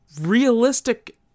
realistic